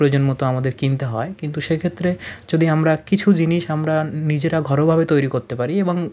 প্রয়োজন মতো আমাদের কিনতে হয় কিন্তু সেক্ষেত্রে যদি আমরা কিছু জিনিস আমরা নিজেরা ঘরোয়াভাবে তৈরি করতে পারি এবং